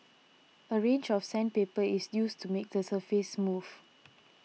a range of sandpaper is used to make the surface smooth